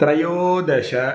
त्रयोदश